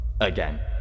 Again